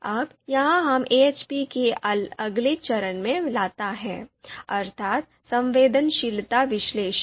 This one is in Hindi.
अब यह हमें AHP के अगले चरण में लाता है अर्थात संवेदनशीलता विश्लेषण